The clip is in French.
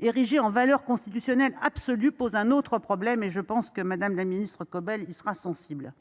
érigée en valeur constitutionnelle absolue pose un autre problème, et je pense que Mme la secrétaire d’État Charlotte Caubel y sera sensible.